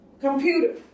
computer